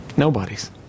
Nobody's